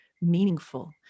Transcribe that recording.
meaningful